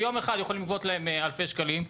ביום אחד יכולים לגבות להם אלפי שקלים,